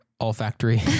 olfactory